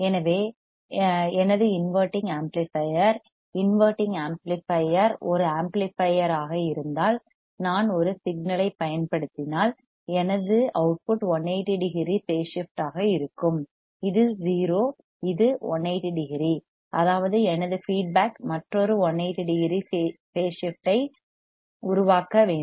எனவே எனது inverting amplifier inverting amplifier ஒரு ஆம்ப்ளிபையர் ஆக இருந்தால் நான் ஒரு சிக்னல் ஐப் பயன்படுத்தினால் எனது output 180 degree out of phase ஆக இருக்கும் இது 0 இது 180 டிகிரி அதாவது எனது ஃபீட்பேக் மற்றொரு 180 டிகிரி பேஸ் ஷிப்ட் ஐ உருவாக்க வேண்டும்